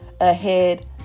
ahead